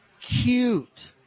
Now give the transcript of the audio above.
cute